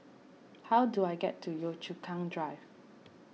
how do I get to Yio Chu Kang Drive